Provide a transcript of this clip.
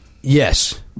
Yes